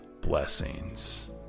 blessings